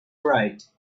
right